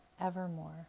evermore